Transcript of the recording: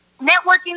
Networking